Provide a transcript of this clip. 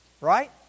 right